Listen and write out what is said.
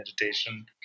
meditation